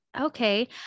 okay